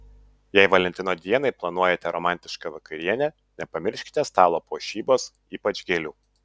jei valentino dienai planuojate romantišką vakarienę nepamirškite stalo puošybos ypač gėlių